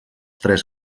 tres